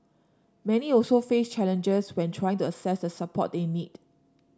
many also face challenges when trying to access the support they need